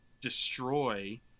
destroy